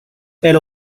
elle